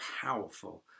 powerful